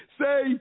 say